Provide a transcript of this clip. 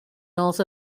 north